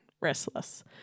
Restless